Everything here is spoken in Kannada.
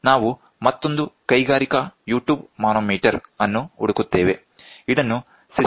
ಆದ್ದರಿಂದ ನಾವು ಮತ್ತೊಂದು ಕೈಗಾರಿಕಾ ಯು ಟ್ಯೂಬ್ ಮಾನೋಮೀಟರ್ ಅನ್ನು ಹುಡುಕುತ್ತೇವೆ ಇದನ್ನು ಸಿಸ್ಟರ್ನ್ ಮಾನೋಮೀಟರ್ ಎಂದು ಕರೆಯಲಾಗುತ್ತದೆ